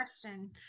question